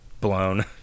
blown